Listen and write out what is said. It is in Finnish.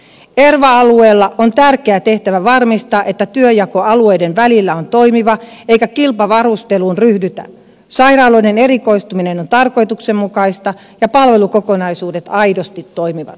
erva alueella on tärkeä tehtävä varmistaa että työnjako alueiden välillä on toimiva eikä kilpavarusteluun ryhdytä sairaaloiden erikoistuminen on tarkoituksenmukaista ja palvelukokonaisuudet aidosti toimivat